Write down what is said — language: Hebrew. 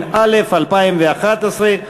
התשע"ג 2013,